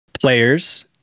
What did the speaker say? players